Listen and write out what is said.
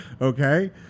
okay